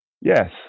yes